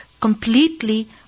completely